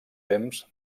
temps